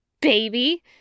Baby